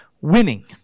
winning